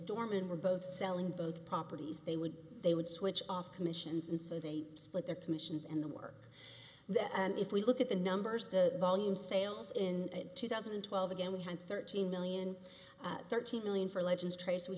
were both selling both properties they would they would switch off commissions and so they split their commissions and the work that if we look at the numbers the volume sales in two thousand and twelve again we had thirteen million thirteen million for legends trace we